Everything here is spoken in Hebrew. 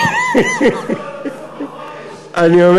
לא, יש משכורת.